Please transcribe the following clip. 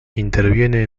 interviene